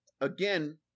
again